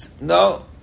no